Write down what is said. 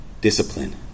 discipline